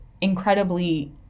incredibly